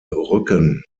rücken